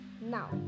now